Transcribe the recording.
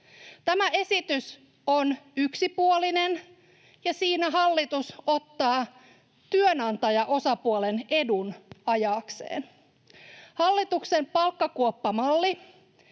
Tämä esitys on yksipuolinen, ja siinä hallitus ottaa työnantajaosapuolen edun ajaakseen. Hallituksen palkkakuoppamalli